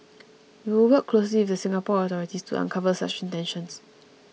we will work closely with the Singapore authorities to uncover such intentions